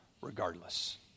regardless